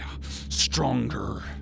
stronger